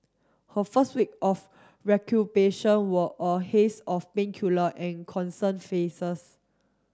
her first week of were a haze of painkiller and concerned faces